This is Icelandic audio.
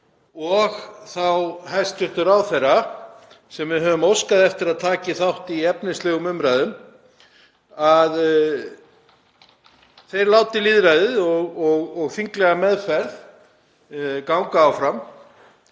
og þá hæstv. ráðherra sem við höfum óskað eftir að taki þátt í efnislegum umræðum, að þeir láti lýðræðið og þinglega meðferð ganga áfram